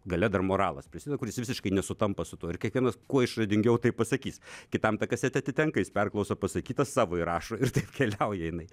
gale dar moralas prisideda kuris visiškai nesutampa su tuo ir kiekvienas kuo išradingiau tai pasakys kitam ta kasetė atitenka jis perklauso pasakytą savo įrašo ir taip keliauja jinai